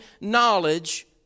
knowledge